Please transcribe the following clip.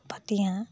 পাতি হাঁহ